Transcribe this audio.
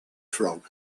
frog